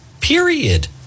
period